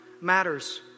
matters